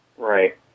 Right